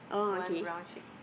one brown shape